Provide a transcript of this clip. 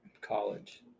college